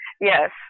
Yes